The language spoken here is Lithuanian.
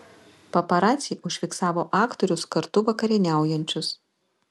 paparaciai užfiksavo aktorius kartu vakarieniaujančius